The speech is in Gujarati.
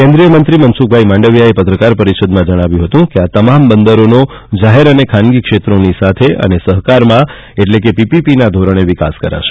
કેન્દ્રીય મંત્રી શ્રી મનસુખ માંડવીયાએ પત્રકાર પરિષદમાં જણાવ્યું હતું કે આ તમામ બંદરોનો જાહેર અને ખાનગી ક્ષેત્રના સાથ અને સહકારમાં એટલે કે પીપીપીના ધોરણે વિકાસ કરાશે